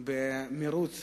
במירוץ